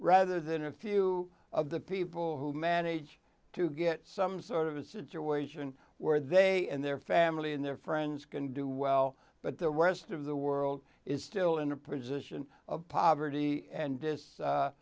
rather than a few of the people who manage to get some sort of a situation where they and their family and their friends can do well but the rest of the world is still in a position of poverty and this